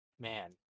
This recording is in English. man